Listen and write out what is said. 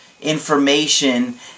information